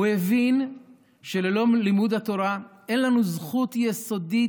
הוא הבין שללא לימוד התורה אין לנו זכות יסודית,